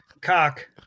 cock